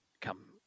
come